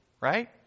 right